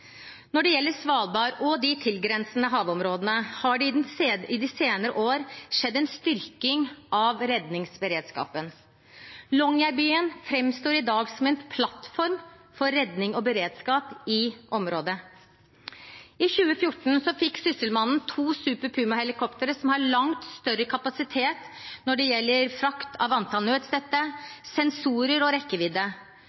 Når det gjelder Svalbard og de tilgrensende havområdene, har det i de senere år skjedd en styrking av redningsberedskapen. Longyearbyen framstår i dag som en plattform for redning og beredskap i området. I 2014 fikk Sysselmannen to Super Puma-helikoptre, som har langt større kapasitet når det gjelder frakt av antall